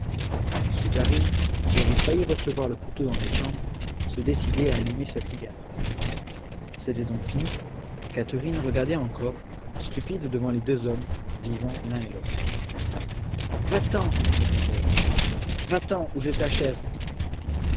souvarine qui avait failli recevoir le couteau dans les jambes se décidait à allumer sa cigarette c'était donc fini catherine regardait encore stupide devant les deux hommes vivants l'un et l'autre va-t'en répéta étienne va-t'en